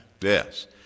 yes